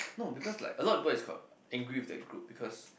no because like a lot of people is angry with the group because